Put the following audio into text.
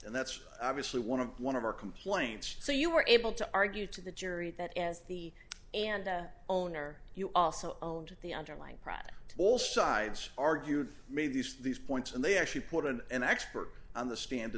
and that's obviously one of one of our complaints so you were able to argue to the jury that as the and the owner you also owned the underlying pratt to all sides argued made these these points and they actually put in an expert on the stand to